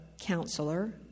counselor